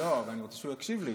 לא, אבל אני רוצה שהוא יקשיב לי.